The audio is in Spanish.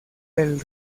del